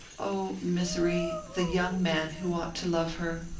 o, misery! the young man who ought to love her,